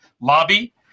lobby